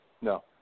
No